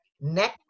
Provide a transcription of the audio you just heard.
neck